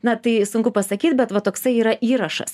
na tai sunku pasakyt bet va toksai yra įrašas